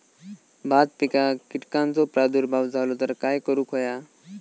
भात पिकांक कीटकांचो प्रादुर्भाव झालो तर काय करूक होया?